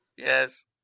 Yes